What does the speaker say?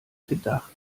gedacht